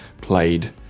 played